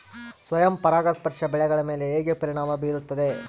ಸ್ವಯಂ ಪರಾಗಸ್ಪರ್ಶ ಬೆಳೆಗಳ ಮೇಲೆ ಹೇಗೆ ಪರಿಣಾಮ ಬೇರುತ್ತದೆ?